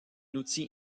outil